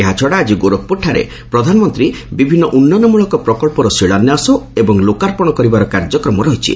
ଏହାଛଡ଼ା ଆଜି ଗୋରଖପୁରଠାରେ ପ୍ରଧାନମନ୍ତ୍ରୀ ବିଭିନ୍ନ ଉନ୍ନୟନ୍ମଳକ ପ୍ରକ୍ସର ଶିଳାନ୍ୟାସ ଏବଂ ଲୋକାର୍ପଣ କରିବାର କାର୍ଯ୍ୟକ୍ରମ ରହିଛି